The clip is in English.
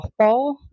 softball